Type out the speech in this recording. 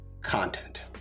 content